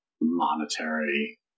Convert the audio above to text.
monetary